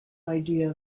idea